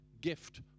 gift